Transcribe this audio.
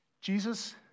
Jesus